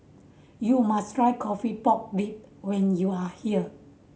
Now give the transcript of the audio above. you must try coffee pork rib when you are here